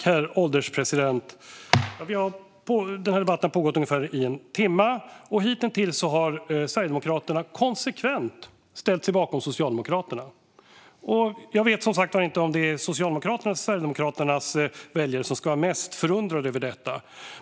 Herr ålderspresident! Den här debatten har pågått i ungefär en timme, och hitintills har Sverigedemokraterna konsekvent ställt sig bakom Socialdemokraterna. Jag vet som sagt inte om det är Socialdemokraternas eller Sverigedemokraternas väljare som ska vara mest förundrade över detta.